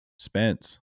Spence